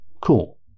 Cool